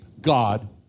God